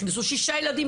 הכניסו שישה ילדים,